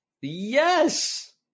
Yes